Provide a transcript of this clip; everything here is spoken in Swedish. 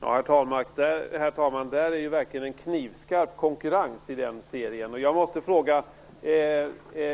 Herr talman! Det skulle i så fall vara knivskarp konkurrens i den serien.